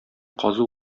казу